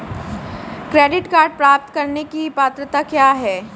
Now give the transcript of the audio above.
Credit card प्राप्त करने की पात्रता क्या है?